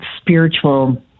spiritual